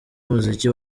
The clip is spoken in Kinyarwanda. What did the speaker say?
umuziki